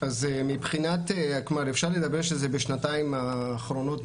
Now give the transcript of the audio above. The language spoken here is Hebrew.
אז אפשר לומר שבשנתיים האחרונות,